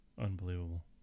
Unbelievable